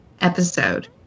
episode